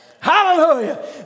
Hallelujah